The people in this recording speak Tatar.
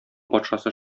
патшасы